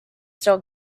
still